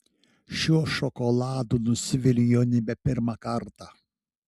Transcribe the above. šiuo šokoladu nusiviliu jau nebe pirmą kartą